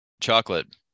Chocolate